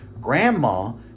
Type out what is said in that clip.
Grandma